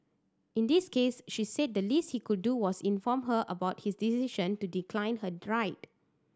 in this case she said the least he could do was inform her about his decision to decline her ride